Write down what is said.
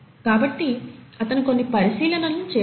కాబట్టి అతను కొన్ని పరిశీలనలు చేసారు